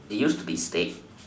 it used to be steak